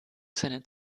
seinen